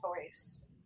voice